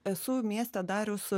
esu mieste darius